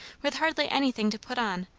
with hardly anything to put on,